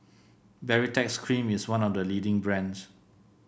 Baritex Cream is one of the leading brands